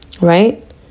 Right